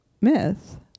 myth